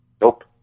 Nope